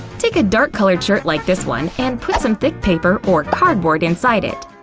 take a dark-colored shirt like this one and put some thick paper or cardboard inside it.